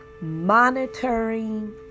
monitoring